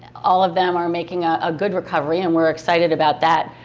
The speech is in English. all of them are making a ah good recovery and we're excited about that.